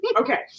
Okay